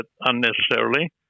unnecessarily